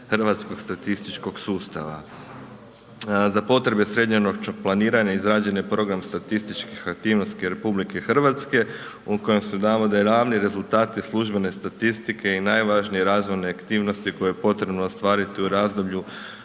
hrvatskog statističkog sustava. Za potrebe srednjoročnog planiranja izrađen je program statističkih aktivnosti RH u kojem se navode ravni rezultati službene statistike i najvažnije razvojne aktivnosti koje je potrebno ostvariti u razdoblju